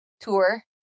tour